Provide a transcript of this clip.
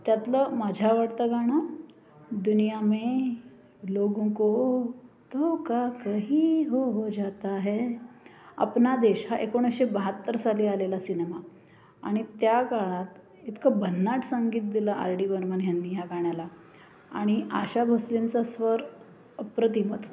त्यातलं माझ्या आवडतं गाणं दुनियामे लोगोंको धोका कही हो हो जाता है अपना देश हा एकोणीसशे बहात्तर साली आलेला सिनेमा आणि त्या काळात इतकं भन्नाट संगीत दिलं आर डी बर्मन ह्यांनी ह्या गाण्याला आणि आशा भोसलेंचा स्वर अप्रतिमच